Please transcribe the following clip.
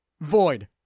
void